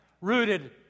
rooted